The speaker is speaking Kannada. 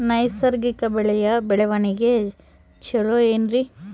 ನೈಸರ್ಗಿಕ ಬೆಳೆಯ ಬೆಳವಣಿಗೆ ಚೊಲೊ ಏನ್ರಿ?